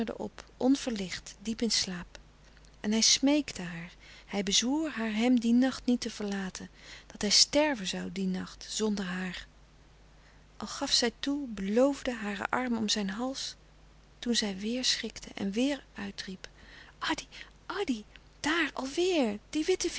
op onverlicht diep in slaap en hij smeekte haar hij bezwoer haar hem dien nacht niet te verlaten dat hij sterven zoû dien nacht zonder haar al gaf zij toe beloofde hare armen om zijn hals toen zij weêr schrikte en weêr uitriep addy addy daar alweêr die witte